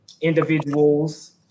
individuals